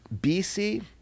bc